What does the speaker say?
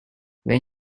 when